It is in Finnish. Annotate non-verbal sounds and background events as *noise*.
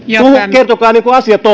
kertokaa niin kuin asiat *unintelligible*